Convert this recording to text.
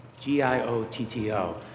G-I-O-T-T-O